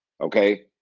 Okay